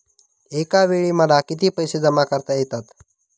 एकावेळी मला किती पैसे जमा करता येतात?